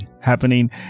happening